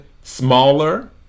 smaller